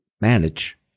manage